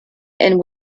and